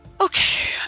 Okay